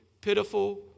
pitiful